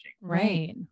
Right